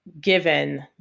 given